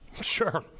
Sure